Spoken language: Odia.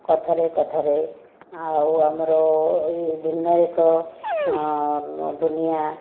କଥାରେ କଥାରେ ଆଉ ଆମର ଭିନ୍ନ ଏକ ଦୁନିଆଁ